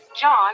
John